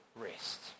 rest